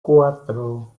cuatro